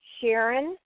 Sharon